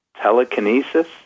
telekinesis